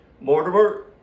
Mortimer